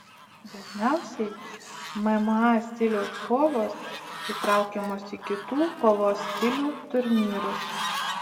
dažniausiai mma stiliaus kovos įtraukiamos į kitų kovos stilių turnyrus